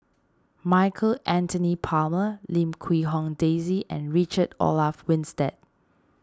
Michael Anthony Palmer Lim Quee Hong Daisy and Richard Olaf Winstedt